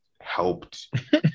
Helped